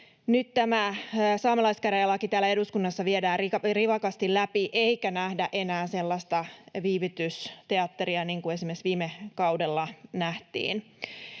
nyt tämä saamelaiskäräjälaki täällä eduskunnassa viedään rivakasti läpi eikä nähdä enää sellaista viivytysteatteria kuin esimerkiksi viime kaudella nähtiin.